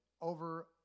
over